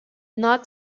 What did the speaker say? not